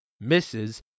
misses